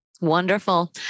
Wonderful